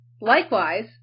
Likewise